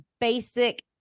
basic